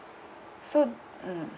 so mm